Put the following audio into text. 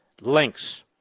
links